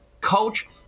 coach